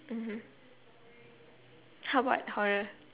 mmhmm how about horror